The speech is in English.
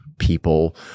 people